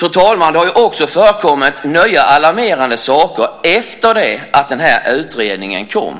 Det har också förekommit nya alarmerande saker efter det att den här utredningen kom.